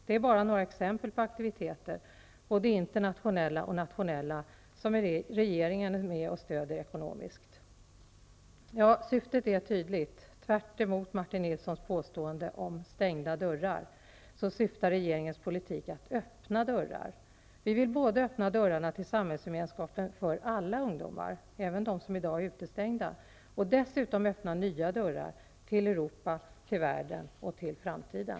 Det är bara några exempel på aktiviteter -- internationella och nationella -- som regeringen stödjer ekonomiskt. Syftet är tydligt. Tvärtemot Martin Nilssons påstående om stängda dörrar, så syftar regeringens politik till att öppna dörrar. Vi vill öppna dörrarna till samhällsgemenskapen för alla ungdomar, även för dem som i dag är utestängda, och dessutom öppna nya dörrar till Europa, till världen och till framtiden!